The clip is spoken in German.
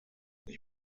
ich